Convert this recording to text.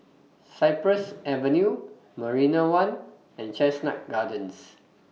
Cypress Avenue Marina one and Chestnut Gardens